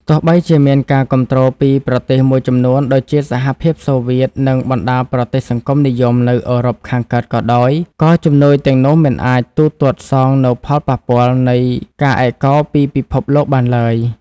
ទោះបីជាមានការគាំទ្រពីប្រទេសមួយចំនួនដូចជាសហភាពសូវៀត និងបណ្ដាប្រទេសសង្គមនិយមនៅអឺរ៉ុបខាងកើតក៏ដោយ ក៏ជំនួយទាំងនោះមិនអាចទូទាត់សងនូវផលប៉ះពាល់នៃការឯកោពីពិភពលោកបានឡើយ។